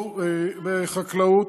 בחקלאות"